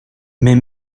mes